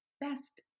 best